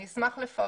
אני אשמח לפרט.